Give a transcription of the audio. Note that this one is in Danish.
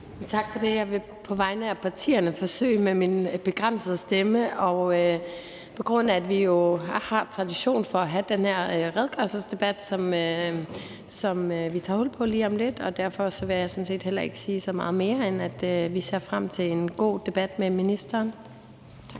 Tak for det. Jeg vil på vegne af partierne med min begrænsede stemme forsøge at sige, at vi jo har tradition for at have den her redegørelsesdebat, som vi lige om lidt tager hul på, og derfor vil jeg sådan set heller ikke sige så meget mere, end at vi ser frem til en god debat med ministeren. Tak.